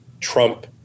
Trump